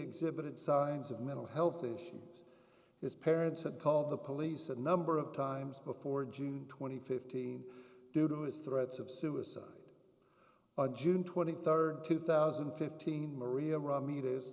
exhibited signs of mental health issues his parents had called the police a number of times before june twenty fifteen due to his threats of suicide on june twenty third two thousand and fifteen maria raw meat is